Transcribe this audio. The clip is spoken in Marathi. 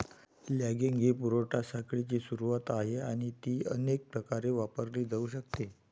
लॉगिंग ही पुरवठा साखळीची सुरुवात आहे आणि ती अनेक प्रकारे वापरली जाऊ शकते